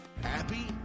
happy